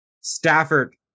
Stafford